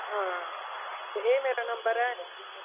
हां ते एह् मेरा नंबर ऐ